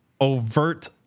overt